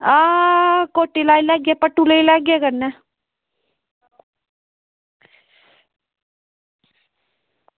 आं कोटी लाई लैगे पट्टु लेई लैगे कन्नै